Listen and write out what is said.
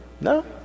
No